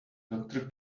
doctor